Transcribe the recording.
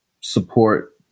support